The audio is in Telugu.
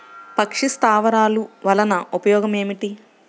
పక్షి స్థావరాలు వలన ఉపయోగం ఏమిటి?